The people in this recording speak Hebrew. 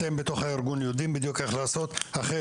אתם בתוך הארגון יודעים בדיוק איך לעשות החל